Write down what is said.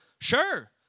Sure